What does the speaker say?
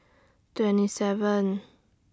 twenty seven